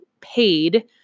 paid